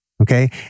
okay